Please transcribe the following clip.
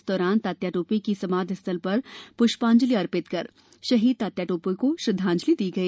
इस दौरान तात्या टोपे की समाधि स्थल पर पुष्पांजलि कार्यक्रम आयोजित कर शहीद तात्या टोपे को श्रद्दांजलि दी गई